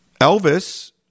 Elvis